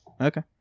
Okay